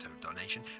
donation